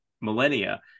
millennia